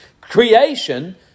Creation